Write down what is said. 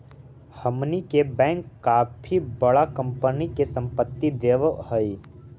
हमनी के बैंक काफी बडा कंपनी के संपत्ति देवऽ हइ